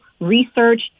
research